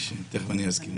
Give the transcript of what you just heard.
תכף אני אסביר.